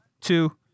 two